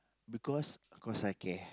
because because I care